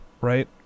right